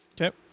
Okay